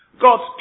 God's